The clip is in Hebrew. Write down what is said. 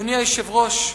אדוני היושב-ראש,